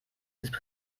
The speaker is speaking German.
dieses